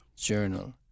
Journal